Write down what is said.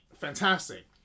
fantastic